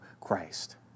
Christ